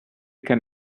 can